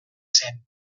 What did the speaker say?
zen